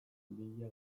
bila